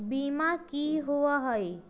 बीमा की होअ हई?